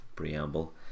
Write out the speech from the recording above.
Preamble